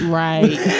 right